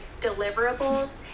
deliverables